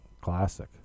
Classic